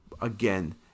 Again